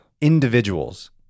individuals